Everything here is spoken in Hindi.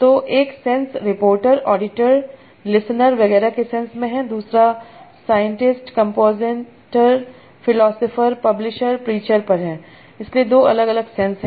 तो एक सेंस रिपोर्टर ऑडिटर लिसेनर वगैरह के सेंस में है दूसरा scientists composer philosopher publisher preacher पर है इसलिए दो अलग अलग सेंस हैं